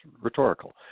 rhetorical